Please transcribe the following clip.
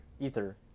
Ether